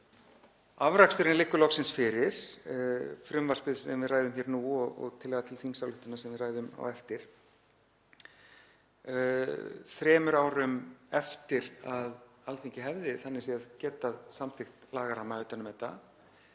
Afraksturinn liggur loksins fyrir, frumvarpið sem við ræðum hér nú og tillaga til þingsályktunar sem við ræðum á eftir, þremur árum eftir að Alþingi hefði þannig séð getað samþykkt lagaramma utan um þetta